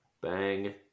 bang